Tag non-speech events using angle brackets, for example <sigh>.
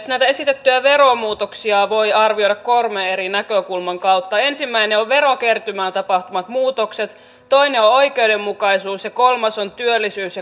<unintelligible> näitä esitettyjä veromuutoksia voi arvioida kolmen eri näkökulman kautta ensimmäinen on verokertymään tapahtuvat muutokset toinen on on oikeudenmukaisuus ja kolmas on työllisyys <unintelligible>